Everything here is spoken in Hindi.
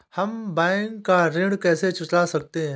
हम बैंक का ऋण कैसे चुका सकते हैं?